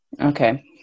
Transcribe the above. Okay